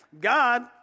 God